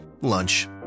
lunch